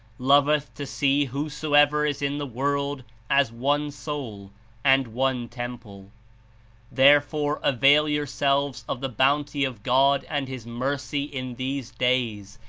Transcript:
loveth to see whosoever is in the world as one soul and one temple therefore avail yourselves of the bounty of god and his mercy in these days,